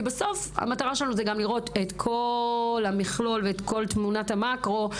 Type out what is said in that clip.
כי בסוף המטרה שלנו זה גם לראות את כל המכלול ואת כל תמונת המקרו,